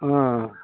ఆ